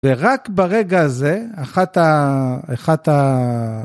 ורק ברגע הזה, אחת ה...